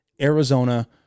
Arizona